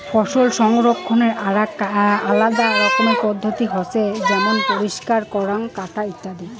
ফসল সংগ্রহনের আরাক আলাদা রকমের পদ্ধতি হসে যেমন পরিষ্কার করাঙ, কাটা ইত্যাদি